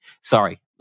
sorry